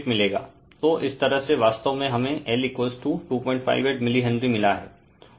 तो इस तरह से वास्तव में हमें L 258 मिली हेनरी मिला है